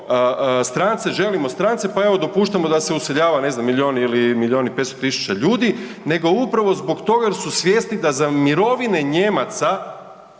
strance, želimo strance pa evo, dopuštamo da se useljava, ne znam, milijun ili milijun i 500 tisuća ljudi nego upravo zbog toga jer su svjesni da za mirovine Nijemaca,